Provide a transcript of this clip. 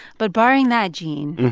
but barring that, gene.